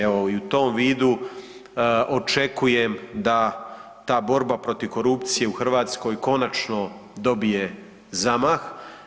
Evo i u tom vidu očekujem da ta borba protiv korupcije u Hrvatskoj konačno dobije zamah.